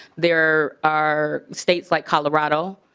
there are states like colorado.